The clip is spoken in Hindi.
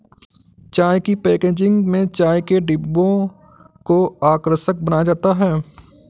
चाय की पैकेजिंग में चाय के डिब्बों को आकर्षक बनाया जाता है